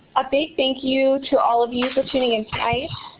a big thank-you to all of you for tuning in tonight.